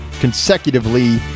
consecutively